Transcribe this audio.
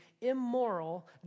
immoral